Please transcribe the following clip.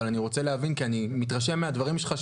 אבל אני רוצה להבין כי אני מתרשם מהדברים שלך,